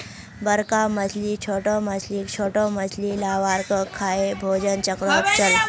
बड़का मछली छोटो मछलीक, छोटो मछली लार्वाक खाएं भोजन चक्रोक चलः